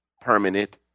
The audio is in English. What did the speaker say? permanent